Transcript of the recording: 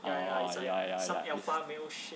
oh ya ya ya it's